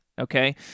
okay